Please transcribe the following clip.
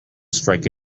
strike